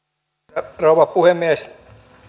arvoisa rouva puhemies